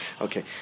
Okay